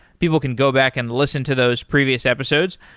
people can go back and listen to those previous episodes.